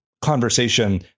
conversation